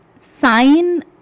sign